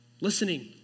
listening